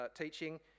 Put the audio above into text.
teaching